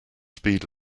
speed